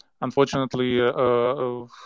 unfortunately